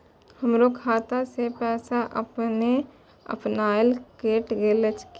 हमरो खाता से पैसा अपने अपनायल केट गेल किया?